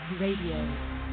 Radio